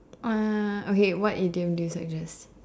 uh okay what idiom do you suggest